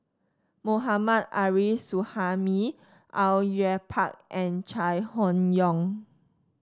Mohammad Arif Suhaimi Au Yue Pak and Chai Hon Yoong